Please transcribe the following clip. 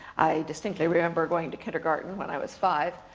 i distinctly remember going to kindergarten when i was five,